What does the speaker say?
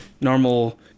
normal